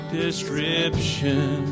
description